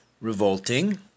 revolting